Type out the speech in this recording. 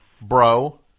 bro